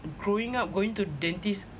growing up going to dentist